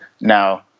Now